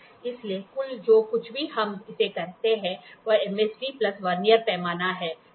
इसलिए कुल जो कुछ भी हम इसे करते हैं वह MSD प्लस वर्नियर पैमाना है